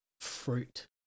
fruit